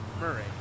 Murray